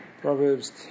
Proverbs